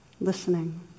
Listening